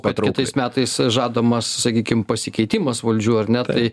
kad kitais metais žadamas sakykim pasikeitimas valdžių ar ne tai